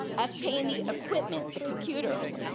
obtain the equipment, the computers,